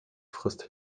frisst